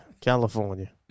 California